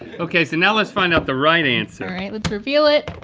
okay so now let's find out the right answer. alright, let's reveal it.